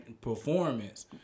performance